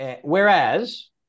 whereas